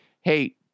hey